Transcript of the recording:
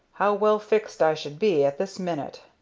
how well fixed i should be at this minute.